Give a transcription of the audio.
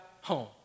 home